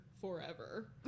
forever